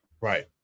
Right